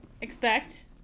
expect